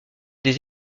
des